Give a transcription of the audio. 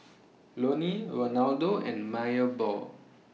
Loni Ronaldo and Maebell